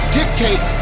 dictate